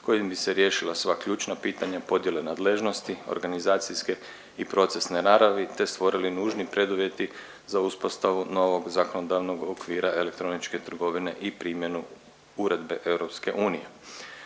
kojim bi se riješila sva ključna pitanja, podijele nadležnosti organizacijske i procesne naravi te stvorili nužni preduvjeti za uspostavu novog zakonodavnog okvira elektroničke trgovine i primjenu uredbe EU.